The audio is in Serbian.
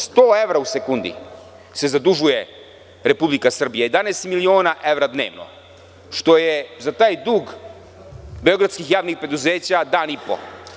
Sto evra u sekundi se zadužuje Republika Srbija, 11 miliona evra dnevno, što je za taj dug beogradskih javnih preduzeća dan i po.